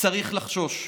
צריך לחשוש.